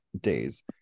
days